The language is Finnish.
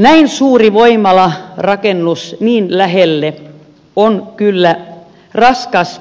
näin suuri voimalarakennus niin lähelle on kyllä raskas